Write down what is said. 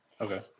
Okay